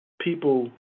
people